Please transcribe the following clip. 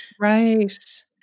Right